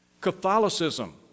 Catholicism